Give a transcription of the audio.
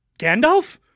Gandalf